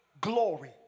glory